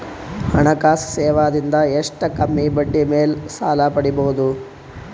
ಹಣಕಾಸು ಸೇವಾ ದಿಂದ ಎಷ್ಟ ಕಮ್ಮಿಬಡ್ಡಿ ಮೇಲ್ ಸಾಲ ಪಡಿಬೋದ?